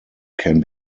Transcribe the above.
can